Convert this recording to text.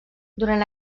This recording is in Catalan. durant